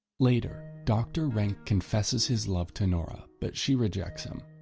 later, doctor rank confesses his love to nora but she rejects him.